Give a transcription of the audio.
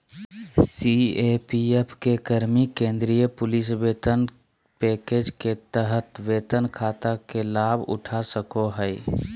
CAPF के कर्मि केंद्रीय पुलिस वेतन पैकेज के तहत वेतन खाता के लाभउठा सको हइ